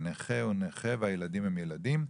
הנכה הוא נכה והילדים הם ילדים,